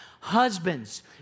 Husbands